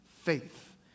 faith